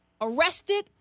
arrested